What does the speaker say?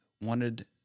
wanted